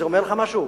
זה אומר לך משהו,